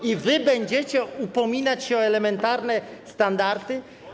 I wy będziecie upominać się o elementarne standardy?